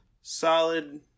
solid